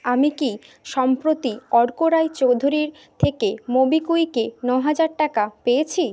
আমি কি সম্প্রতি অর্ক রায়চৌধুরীর থেকে মোবিকুইকে ন হাজার টাকা পেয়েছি